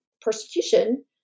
persecution